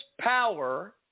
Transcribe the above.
power